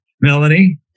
melanie